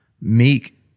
Meek